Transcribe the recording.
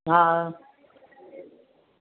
हा